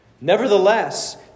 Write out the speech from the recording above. Nevertheless